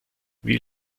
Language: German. wie